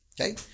Okay